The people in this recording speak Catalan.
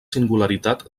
singularitat